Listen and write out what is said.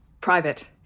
Private